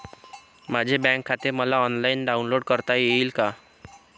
माझे बँक खाते मला ऑनलाईन डाउनलोड करता येईल का?